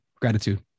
gratitude